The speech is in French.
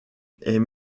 est